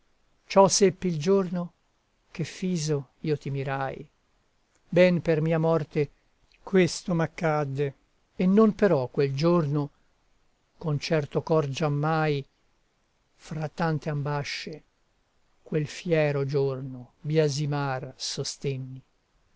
ciò seppi il giorno che fiso io ti mirai ben per mia morte questo m'accadde e non però quel giorno con certo cor giammai fra tante ambasce quel fiero giorno biasimar sostenni